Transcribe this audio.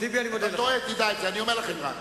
היינו אומרים: